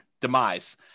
demise